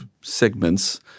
segments